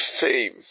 fame